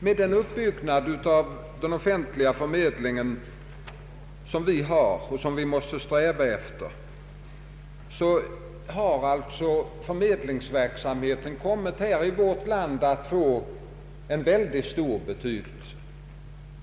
Med denna uppbyggnad av den offentliga förmedlingen har förmedlingsverksamheten i vårt land kommit att få en ytterst stor betydelse.